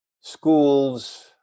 schools